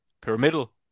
pyramidal